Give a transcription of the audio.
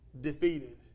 defeated